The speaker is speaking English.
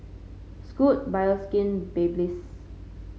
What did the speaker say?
Scoot Bioskin Babyliss